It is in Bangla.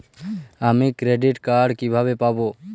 আমি ক্রেডিট কার্ড কিভাবে পাবো?